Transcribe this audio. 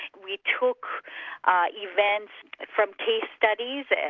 we took events from case studies, and